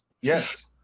Yes